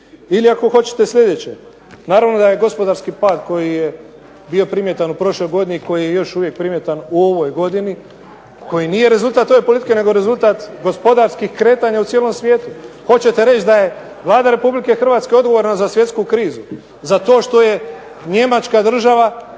Ili ako hoćete sljedeće. Naravno da je gospodarski pad koji je bio primjetan u prošloj godini i koji je još uvijek primjetan u ovoj godini koji nije rezultat ove politike, nego je rezultat gospodarskih kretanja u cijelom svijetu. Hoćete reći da je Vlada Republike Hrvatske odgovorna za svjetsku krizu, za to što je Njemačka država